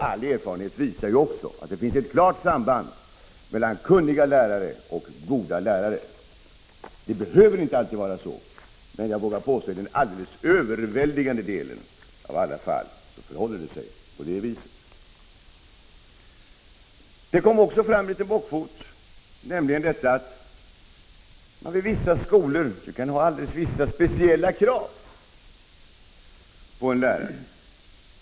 All erfarenhet visar också att det finns ett klart samband mellan kunniga lärare och goda lärare. Det behöver inte alltid vara så, men jag vågar påstå att i den alldeles överväldigande delen av alla fall förhåller det sig på det viset. Det kom också fram en liten bockfot, nämligen detta att man vid vissa skolor kan ha vissa speciella krav på en lärare.